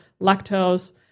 lactose